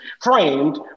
framed